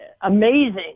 amazing